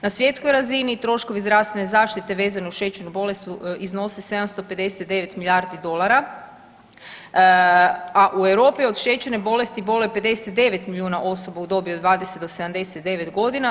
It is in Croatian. Na svjetskoj razini troškovi zdravstvene zaštite vezani uz šećernu bolest iznose 759 milijardi dolara, a u Europi od šećerne bolesti boluje 59 milijuna osoba u dobi od 20 do 79 godina.